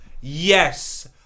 Yes